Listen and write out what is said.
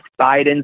Biden